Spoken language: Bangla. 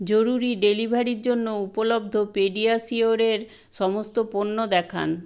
জরুরি ডেলিভারির জন্য উপলব্ধ পেডিয়াশিয়োরের সমস্ত পণ্য দেখান